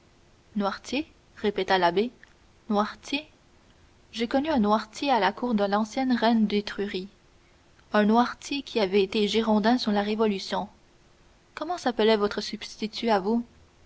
noirtier répéta l'abbé noirtier j'ai connu un noirtier à la cour de l'ancienne reine d'étrurie un noirtier qui avait été girondin sous la révolution comment s'appelait votre substitut à vous